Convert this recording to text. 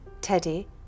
Teddy